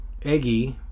Eggie